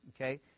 Okay